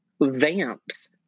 vamps